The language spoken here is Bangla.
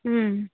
হুম